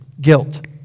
guilt